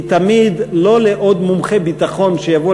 היא תמיד לא לעוד מומחה ביטחון שיבוא